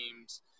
teams